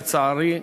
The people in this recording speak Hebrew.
לצערי,